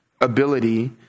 ability